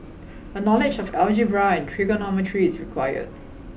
a knowledge of algebra and trigonometry is required